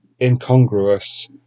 incongruous